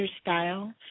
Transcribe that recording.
style